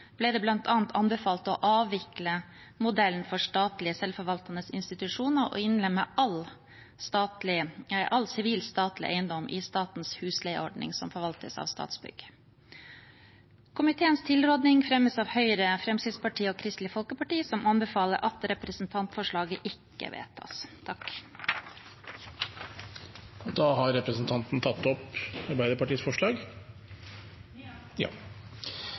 ble det bl.a. anbefalt å avvikle modellen for statlige selvforvaltende institusjoner og innlemme all sivil statlig eiendom i statens husleieordning, som forvaltes av Statsbygg. Komiteens tilrådning fremmes av Høyre, Fremskrittspartiet og Kristelig Folkeparti, som anbefaler at representantforslaget ikke vedtas. Jeg tar opp forslaget fra Arbeiderpartiet, Senterpartiet og SV. Representanten Nina Sandberg har tatt opp